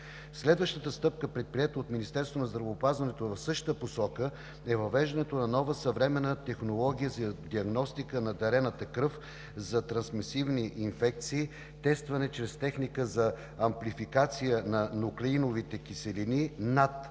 Следващата стъпка, предприета от Министерството на здравеопазването в същата посока, е въвеждането на нова съвременна технология за диагностика на дарената кръв за трансмисивни инфекции, тествани чрез техника за амплификация на нуклеиновите киселини (NAT)